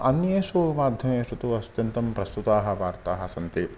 अन्येषु माध्यमेषु तु अत्यन्तं प्रस्तुताः वार्ताः सन्ति